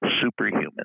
superhuman